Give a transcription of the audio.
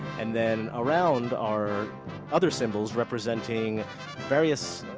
and then around are other symbols representing various